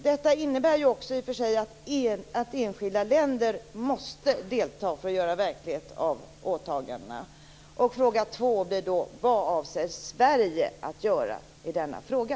Detta innebär också i och för sig att enskilda länder måste delta för att göra verklighet av åtagandena. Fråga två blir då: Vad avser Sverige att göra i denna fråga?